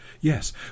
yes